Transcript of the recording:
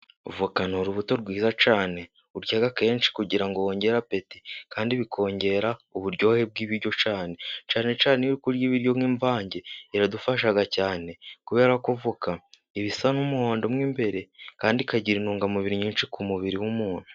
Voka ni urubuto rwiza cyane urya kenshi kugira ngo wongere apeti, kandi bikongera uburyohe bw'ibiryo cyane, cyane cyane kurya ibiryo nk'imvange iradufasha cyane kuberako voka iba isa n'umuhondo mo imbere, kandi ikagira intungamubiri nyinshi ku mubiri w'umuntu.